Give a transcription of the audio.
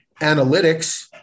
analytics